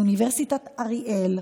מאוניברסיטת אריאל,